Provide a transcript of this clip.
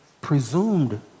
presumed